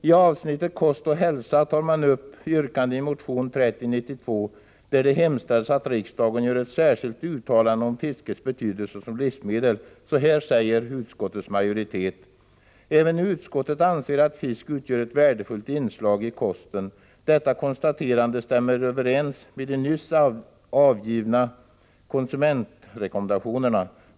I avsnittet Kost och hälsa tar man upp yrkandet i motion 3092, där det hemställs att riksdagen gör ett särskilt uttalande om fiskets betydelse som livsmedel. Så här skriver utskottets majoritet: ”Även utskottet anser att fisk utgör ett värdefullt inslag i kosten. Detta konstaterande stämmer överens med de nyss angivna kostrekommendationerna.